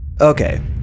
Okay